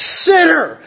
sinner